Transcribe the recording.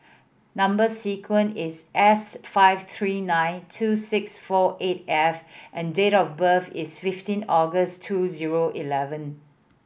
number sequence is S five three nine two six four eight F and date of birth is fifteen August two zero eleven